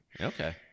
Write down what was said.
okay